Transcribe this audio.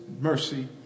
mercy